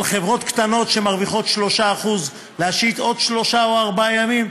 על חברות קטנות שמרוויחות 3% להשית עוד שלושה או ארבעה ימים,